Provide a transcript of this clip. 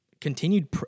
continued